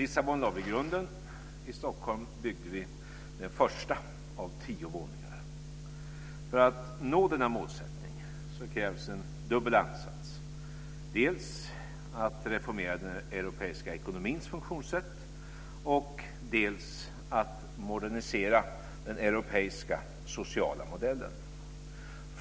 I Lissabon lade vi grunden, i Stockholm byggde vi den första av tio våningar. För att nå målet krävs en dubbel ansats, dels att reformera den europeiska ekonomins funktionssätt, dels att modernisera den europeiska sociala modellen.